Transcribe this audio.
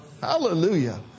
Hallelujah